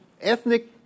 ethnic